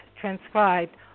transcribed